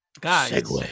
guys